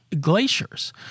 glaciers